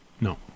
No